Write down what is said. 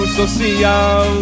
social